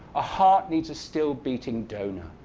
a heart needs a still-beating donor,